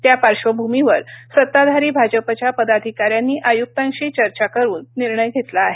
त्या पार्श्वभुमीवर सताधारी भाजपच्या पदाधिकाऱ्यांनी आयुक्तांशी चर्चा करून निर्णय घेतला आहे